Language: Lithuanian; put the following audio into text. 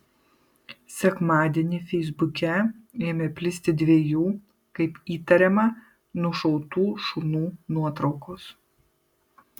sekmadienį feisbuke ėmė plisti dviejų kaip įtariama nušautų šunų nuotraukos